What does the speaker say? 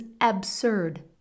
absurd